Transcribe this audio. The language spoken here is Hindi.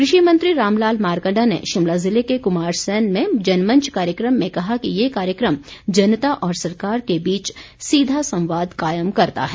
कृषि मंत्री रामलाल मारकण्डा ने शिमला ज़िले के कुमारसैन में जनमंच कार्यक्रम में कहा कि ये कार्यक्रम जनता और सरकार के बीच सीधा संवाद कायम करता है